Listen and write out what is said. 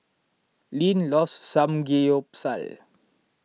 Linn loves Samgeyopsal